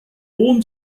born